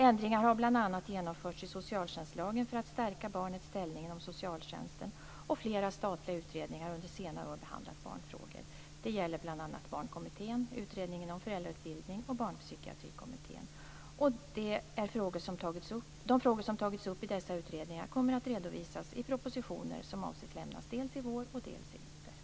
Ändringar har bl.a. genomförts i socialtjänstlagen för att stärka barnets ställning inom socialtjänsten. Flera statliga utredningar har under senare år behandlat barnfrågor. Det gäller bl.a. Barnkommittén, Utredningen om föräldrautbildning och Barnpsykiatrikommittén. De frågor som tagits upp i dessa utredningar kommer att redovisas i propositioner som avses lämnas dels i vår, dels i vinter.